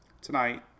tonight